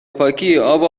پاکی، اب